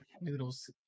Noodles